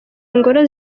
ingore